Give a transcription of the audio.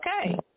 okay